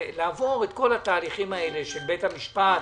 לעבור את כל התהליכים האלה של בית-המשפט,